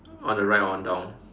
on the right one down